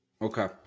Okay